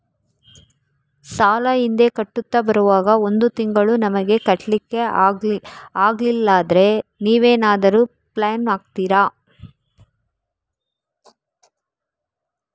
ಸಾಲ ಹಿಂದೆ ಕಟ್ಟುತ್ತಾ ಬರುವಾಗ ಒಂದು ತಿಂಗಳು ನಮಗೆ ಕಟ್ಲಿಕ್ಕೆ ಅಗ್ಲಿಲ್ಲಾದ್ರೆ ನೀವೇನಾದರೂ ಫೈನ್ ಹಾಕ್ತೀರಾ?